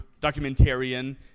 documentarian